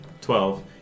Twelve